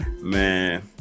man